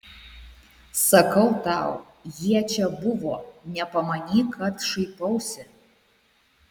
sakau tau jie čia buvo nepamanyk kad šaipausi